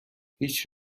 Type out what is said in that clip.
هیچ